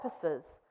purposes